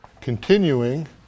continuing